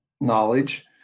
knowledge